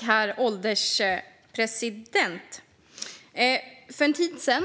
Herr ålderspresident! För en tid sedan